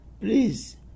Please